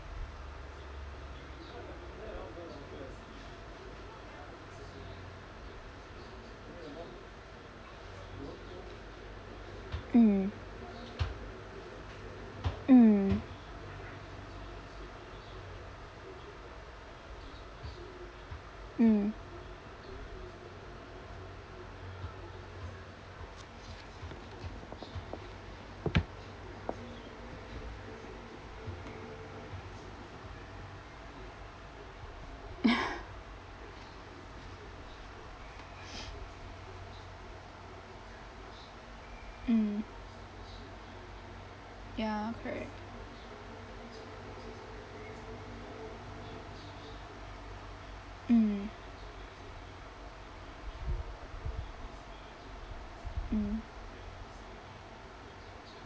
mm mm mm mm ya correct mm mm